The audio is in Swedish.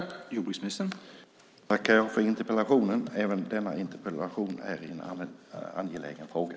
Herr talman! Jag tackar för interpellationen. Även denna interpellation rör en angelägen fråga.